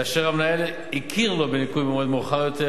ואשר המנהל הכיר לו בניכוי במועד מאוחר יותר,